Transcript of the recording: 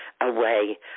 away